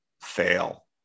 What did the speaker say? fail